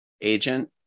agent